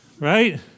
Right